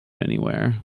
anywhere